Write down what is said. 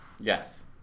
Yes